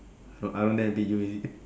thought I don't dare to beat you is it